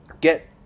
get